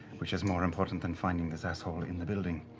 which is more important than finding this asshole in the building.